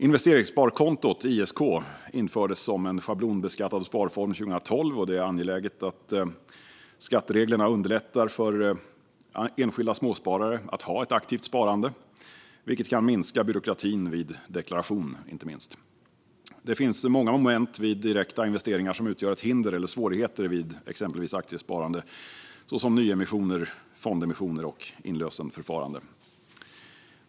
Investeringssparkontot, ISK, infördes som en schablonbeskattad sparform 2012. Det är angeläget att skattereglerna underlättar för enskilda småsparare att ha ett aktivt sparande, vilket kan minska byråkratin inte minst vid deklaration. Det finns många moment vid direkta investeringar som utgör hinder eller svårigheter vid exempelvis aktiesparande, såsom nyemissioner, fondemissioner och inlösenförfaranden.